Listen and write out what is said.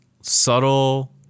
subtle